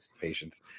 patience